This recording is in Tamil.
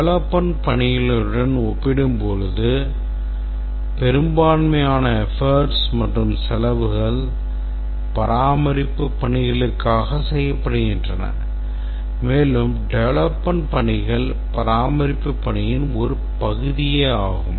development பணிகளுடன் ஒப்பிடும்போது பெரும்பான்மையான efforts மற்றும் செலவுகள் பராமரிப்புப் பணிகளுக்காக செய்யப்படுகின்றன மேலும் development பணிகள் பராமரிப்புப் பணியின் ஒரு பகுதியே ஆகும்